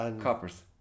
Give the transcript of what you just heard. coppers